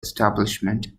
establishment